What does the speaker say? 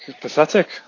pathetic